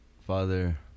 father